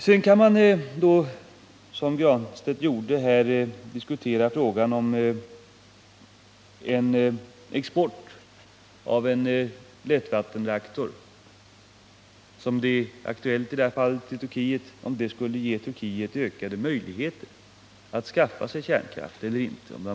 Man kan vidare, som Pär Granstedt gjorde, diskutera frågan om export av en lättvattenreaktor — som det gäller i detta fall — till Turkiet skulle ge det landet ökade möjligheter att skaffa sig kärnvapen eller inte.